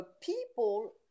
people